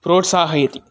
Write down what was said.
प्रोत्साहयति